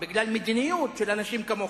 בגלל מדיניות של אנשים כמוך.